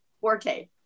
forte